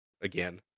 again